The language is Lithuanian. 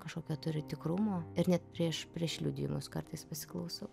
kažkokio turi tikrumo ir net prieš prieš liudijimus kartais pasiklausau